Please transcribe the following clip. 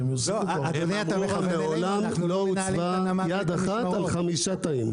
שהם --- מעולם לא הוצבה יד אחת על חמישה תאים.